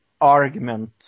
argument